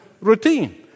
routine